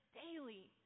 daily